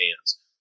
hands